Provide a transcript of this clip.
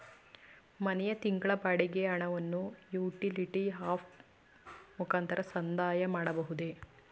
ಮನೆಯ ತಿಂಗಳ ಬಾಡಿಗೆ ಹಣವನ್ನು ಯುಟಿಲಿಟಿ ಆಪ್ ಮುಖಾಂತರ ಸಂದಾಯ ಮಾಡಬಹುದೇ?